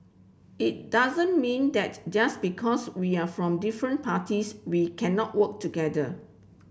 it doesn't mean that just because we're from different parties we cannot work together